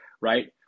right